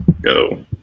go